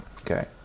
Okay